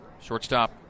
Shortstop